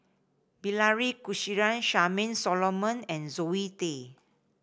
Bilahari Kausikan Charmaine Solomon and Zoe Tay